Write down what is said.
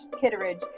Kitteridge